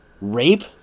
rape